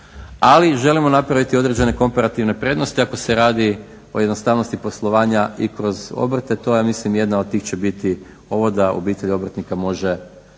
ali želimo napraviti određen komparativne prednosti ako se radi o jednostavnosti poslovanja i kroz obrte. To ja mislim jedna od … biti ovo da obitelj obrtnika može